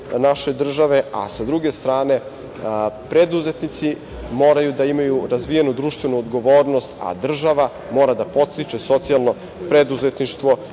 naše države, a sa druge strane preduzetnici moraju da imaju razvijenu društvenu odgovornost, a država mora da podstiče socijalno preduzetništvo.